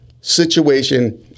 situation